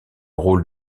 rôle